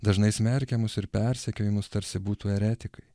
dažnai smerkiamus ir persekiojamus tarsi būtų eretikai